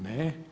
Ne.